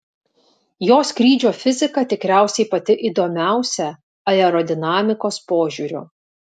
jo skrydžio fizika tikriausiai pati įdomiausia aerodinamikos požiūriu